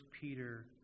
Peter